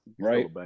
right